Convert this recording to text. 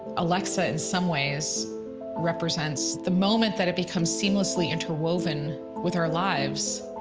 alexa in some ways represents the moment that it becomes seamlessly interwoven with our lives.